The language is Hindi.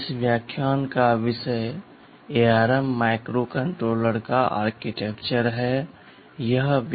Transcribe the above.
इस व्याख्यान का विषय ARM माइक्रोकंट्रोलर का आर्किटेक्चर है यह व्याख्यान का पहला हिस्सा है